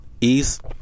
east